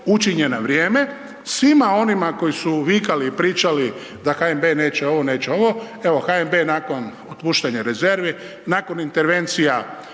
učinjen na vrijeme. Svima onima koji su vikali i pričali da HNB neće ovo, neće ono, evo HNB je otpuštanja rezervi, nakon intervencija